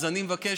אז אני מבקש,